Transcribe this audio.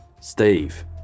Steve